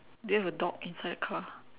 do you have a dog inside the car